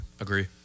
Agree